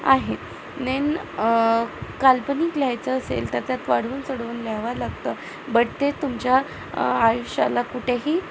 आहे नेन काल्पनिक लिहायचं असेल तर त्यात वाढवून चढवून लिहावं लागतं बट ते तुमच्या आयुष्याला कुठेही